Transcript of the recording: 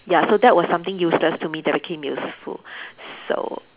ya so that was something useless to me that became useful so